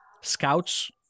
Scouts